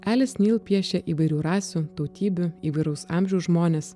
elis nil piešia įvairių rasių tautybių įvairaus amžiaus žmones